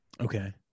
Okay